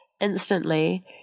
instantly